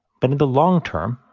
but in the long term,